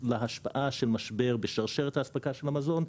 להשפעה של משבר בשרשרת האספקה של המזון,